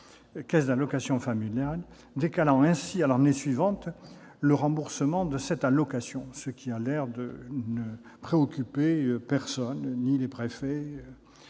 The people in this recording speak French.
caisses d'allocations familiales, décalant ainsi à l'année suivante le remboursement de cette allocation, ce qui a l'air de ne préoccuper personne, et surtout